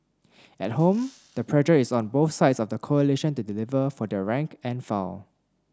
at home the pressure is on both sides of the coalition to deliver for their rank and file